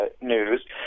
news